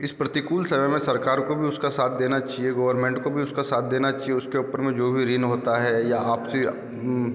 इस प्रतिकूल समय में सरकार को भी उसका साथ देना चाहिए गवरमेंट को भी उसका साथ देना चहिए उसके ऊपर में जो भी ऋण होता है या आपसे